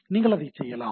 நீங்கள் அதைச் செய்யலாம்